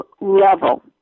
level